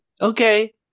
Okay